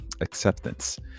acceptance